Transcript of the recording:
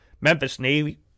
Memphis-Navy